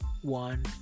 one